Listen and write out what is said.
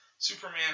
Superman